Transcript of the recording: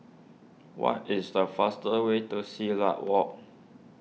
what is the faster way to Silat Walk